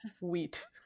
wheat